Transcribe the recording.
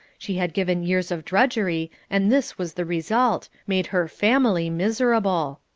she had given years of drudgery and this was the result made her family miserable.